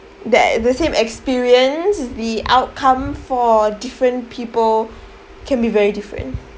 that the same experience the outcome for different people can be very different